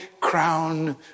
crown